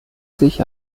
sich